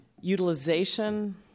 utilization